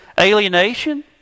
Alienation